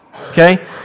Okay